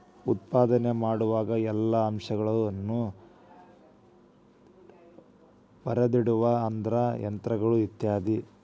ಉತ್ಪಾದನೆ ಮಾಡುವಾಗ ಎಲ್ಲಾ ಅಂಶಗಳನ್ನ ಬರದಿಡುದು ಅಂದ್ರ ಯಂತ್ರಗಳು ಇತ್ಯಾದಿ